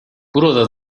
burada